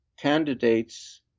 candidates